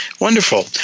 Wonderful